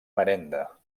marenda